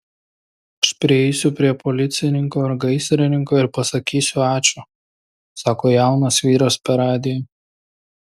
aš prieisiu prie policininko ar gaisrininko ir pasakysiu ačiū sako jaunas vyras per radiją